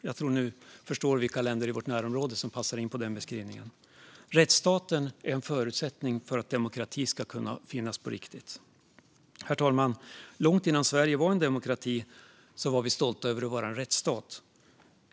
Jag tror att ni förstår vilka länder i vårt närområde som passar in på den beskrivningen. Rättsstaten är en förutsättning för att demokrati ska kunna finnas på riktigt. Herr talman! Långt innan Sverige var en demokrati var vi i Sverige stolta över att vara en rättsstat.